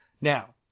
Now